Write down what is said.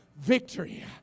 Victory